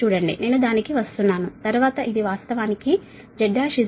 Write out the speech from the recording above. చూడండి నేను దానికి వస్తున్నాను తరువాత ఇది వాస్తవానికి Z1 ZC